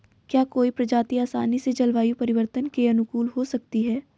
क्या कोई प्रजाति आसानी से जलवायु परिवर्तन के अनुकूल हो सकती है?